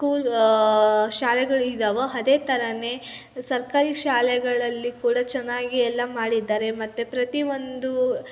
school ಶಾಲೆಗಳು ಇದ್ದಾವೋ ಅದೇ ಥರ ಸರ್ಕಾರಿ ಶಾಲೆಗಳಲ್ಲಿ ಕೂಡ ಚೆನ್ನಾಗಿ ಎಲ್ಲ ಮಾಡಿದ್ದಾರೆ ಮತ್ತು ಪ್ರತಿ ಒಂದು